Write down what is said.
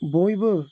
बयबो